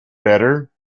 better